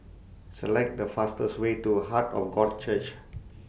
Select The fastest Way to Heart of God Church